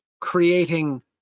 creating